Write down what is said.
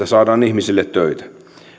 saadaan ihmisille töitä